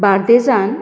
बार्देसान